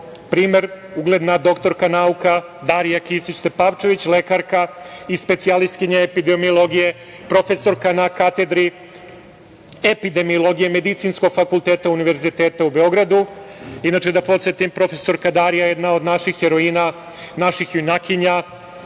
primer, ugledna doktorka nauka Darija Kisić Tepavčević, lekarka i specijalistkinja epidemiologije, profesorka na katedri epidemiologije Medicinskog fakulteta Univerziteta u Beogradu. Inače, da podsetim, profesorka Darija je jedna od naših heroina, naših junakinja